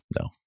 no